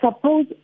suppose